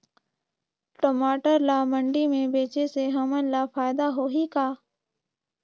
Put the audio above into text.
टमाटर ला मंडी मे बेचे से हमन ला फायदा होही का?